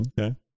Okay